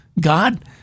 God